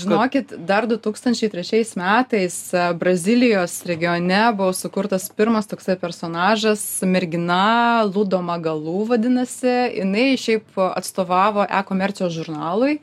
žinokit dar du tūkstančiai trečiais metais brazilijos regione buvo sukurtas pirmas toksai personažas mergina lu do magalu vadinasi jinai šiaip atstovavo e komercijos žurnalui